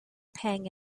pang